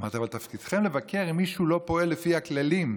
אמרתי: אבל תפקידכם לבקר אם מישהו לא פועל לפי הכללים,